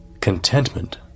Contentment